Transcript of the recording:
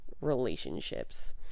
relationships